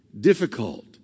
difficult